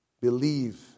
Believe